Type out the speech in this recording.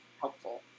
helpful